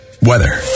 weather